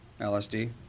LSD